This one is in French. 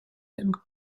aime